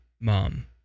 mom